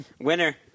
Winner